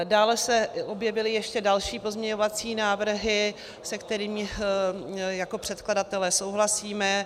Dále se objevily ještě další pozměňovací návrhy, se kterými jako předkladatelé souhlasíme.